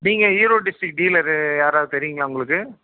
நீங்கள் Erode district dealer யாராது தெரியும்ங்களா உங்களுக்கு